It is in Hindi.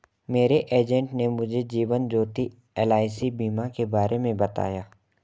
मेरे एजेंट ने मुझे जीवन ज्योति एल.आई.सी बीमा के बारे में बताया